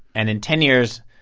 and in ten years,